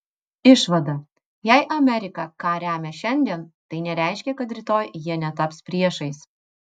išvada jei amerika ką remia šiandien tai nereiškia kad rytoj jie netaps priešais